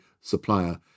supplier